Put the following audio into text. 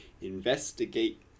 investigate